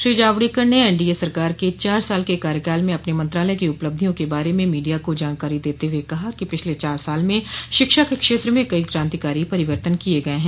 श्री जावड़ेकर ने एनडीए सरकार के चार साल के कार्यकाल में अपने मंत्रालय की उपलब्धियों के बारे में मीडिया को जानकारी देते हुए कहा कि पिछले चार साल में शिक्षा के क्षेत्र में कई क्रांतिकारी परिवर्तन किए गए हैं